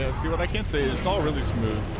what i can say is all release moves